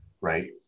right